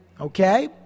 Okay